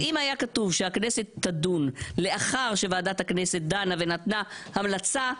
אז אם היה כתוב שהכנסת תדון לאחר שוועדת הכנסת דנה ונתנה המלצה,